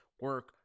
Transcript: Work